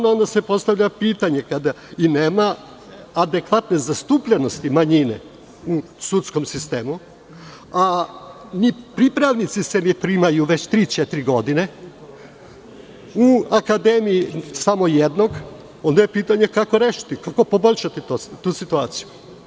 Onda se postavlja pitanje, kada nema adekvatne zastupljenosti manjine u sudskom sistemu, ni pripravnici se ne primaju već tri, četiri godine, u akademiji ima samo jedan, onda je pitanje – kako rešiti, kako poboljšati tu situaciju?